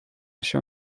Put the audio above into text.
się